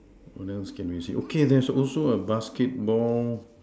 oh then also can be see okay there's also a basketball